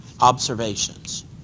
observations